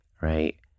right